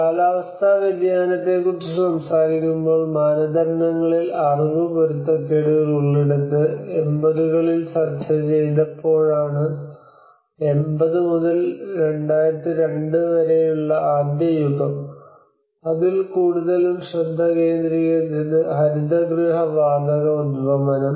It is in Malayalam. കാലാവസ്ഥാ വ്യതിയാനത്തെക്കുറിച്ച് സംസാരിക്കുമ്പോൾ മാനദണ്ഡങ്ങളിൽ അറിവ് പൊരുത്തക്കേടുകൾ ഉള്ളിടത്ത് 80 കളിൽ ചർച്ച ചെയ്തപ്പോഴാണ് 80 മുതൽ 2002 വരെയുള്ള ആദ്യ യുഗം അതിൽ കൂടുതലും ശ്രദ്ധ കേന്ദ്രീകരിച്ചത് ഹരിതഗൃഹ വാതക ഉദ്വമനം